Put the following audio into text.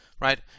right